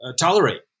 tolerate